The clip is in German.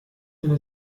eine